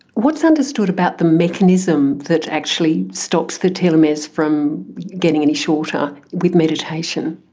what's understood about the mechanism that actually stops the telomeres from getting any shorter with meditation?